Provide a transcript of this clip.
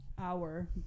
hour